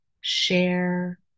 share